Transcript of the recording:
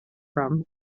from